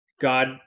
God